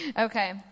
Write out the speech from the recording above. Okay